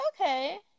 okay